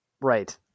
Right